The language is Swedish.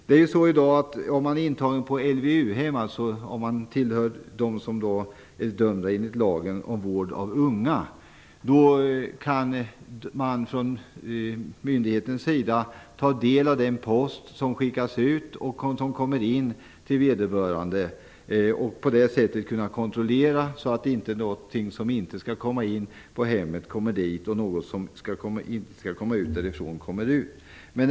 Det är så i dag att myndigheten beträffande den som är intagen på LVU-hem, dvs. den som tillhör dem som är dömda enligt lagen om vård av unga, kan ta del av post som skickas ut och även av post som kommer in till vederbörande. På det sättet kan man kontrollera att något som inte skall komma in på hemmet heller inte kommer in och att det som inte skall komma ut därifrån heller inte kommer ut.